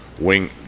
wing